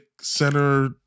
center